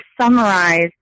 summarize